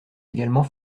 également